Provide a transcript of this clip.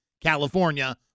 California